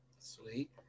sweet